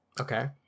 okay